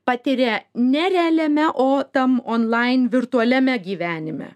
patiria ne realiame o tam onlain virtualiame gyvenime